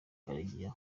karegeya